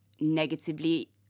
negatively